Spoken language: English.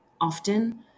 Often